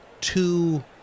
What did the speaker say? two